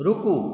रुकू